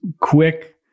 quick